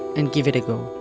and give it a go.